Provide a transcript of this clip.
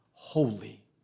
Holy